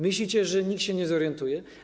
Myślicie, że nikt się nie zorientuje?